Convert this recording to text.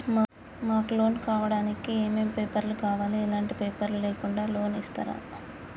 మాకు లోన్ కావడానికి ఏమేం పేపర్లు కావాలి ఎలాంటి పేపర్లు లేకుండా లోన్ ఇస్తరా?